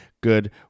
good